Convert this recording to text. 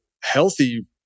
healthy